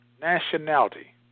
nationality